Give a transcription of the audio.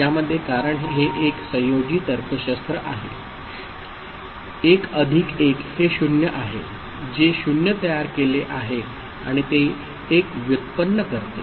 यामध्ये कारण हे एक संयोजी तर्कशास्त्र आहे 1 अधिक 1 हे 0 आहे जे 0 तयार केले आहे आणि ते 1 व्युत्पन्न करते